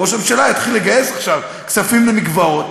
ראש הממשלה יתחיל לגייס עכשיו כספים למקוואות.